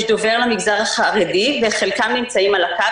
יש דובר למגזר החרדי וחלקם נמצאים על הקו.